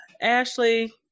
Ashley